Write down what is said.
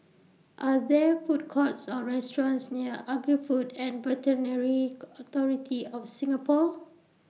Are There Food Courts Or restaurants near Agri Food and Authority of Singapore